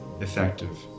effective